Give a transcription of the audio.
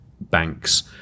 banks